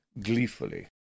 gleefully